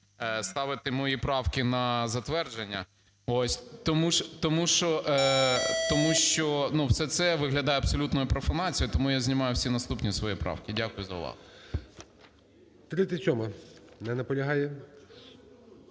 ставити мої правки на затвердження, тому що все це виглядає абсолютною профанацією. Тому я знімаю всі наступні свої правки. Дякую за увагу.